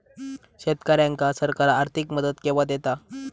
शेतकऱ्यांका सरकार आर्थिक मदत केवा दिता?